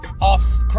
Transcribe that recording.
off